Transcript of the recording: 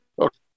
Okay